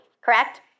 correct